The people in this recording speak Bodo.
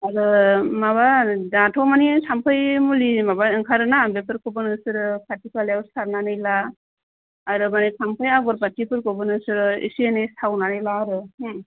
आरो माबा दाथ' मानि थाम्फै मुलि ओंखारोना बेफोरखौबो नोंसोरो खाथि खालायाव सारनानै ला आरो बै थाम्फै आगरबाथिफोरखौबो नोंसोरो एसे एनै सावनानै ला आरो हो